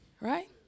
right